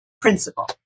principle